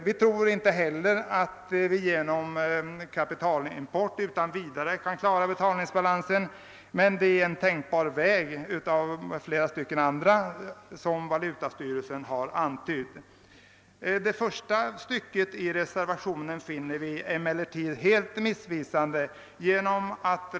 Vi tror inte heller att vi genom kapitalimport utan vidare kan klara betalningsbalansen men det är, som valutastyrelsen antytt, en tänkbar väg bland flera andra. Det första stycket i reservationen finner vi emellertid helt missvisande.